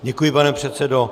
Děkuji, pane předsedo.